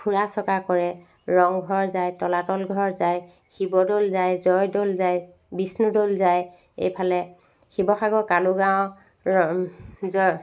ফুৰা চকা কৰে ৰংঘৰ যায় তলাতলঘৰ যায় শিৱদ'ল যায় জয়দ'ল যায় বিষ্ণুদ'ল যায় এইফালে শিৱসাগৰ কানুগাঁৱৰ জয়